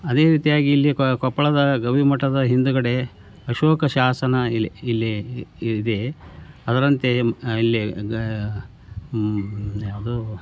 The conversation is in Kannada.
ಅದೇ ರೀತಿಯಾಗಿ ಇಲ್ಲಿ ಕ ಕೊಪ್ಪಳದ ಗವಿ ಮಠದ ಹಿಂದ್ಗಡೆ ಅಶೋಕ ಶಾಸನ ಇಲ್ಲೇ ಇಲ್ಲೇ ಇದೆ ಅದರಂತೆಯೆ ಇಲ್ಲೇ ಗ ಯಾವುದು